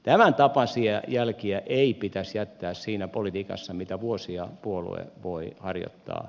tämän tapaisia jälkiä ei pitäisi jättää siinä politiikassa mitä vuosia puolue voi harjoittaa